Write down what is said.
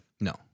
No